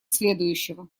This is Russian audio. следующего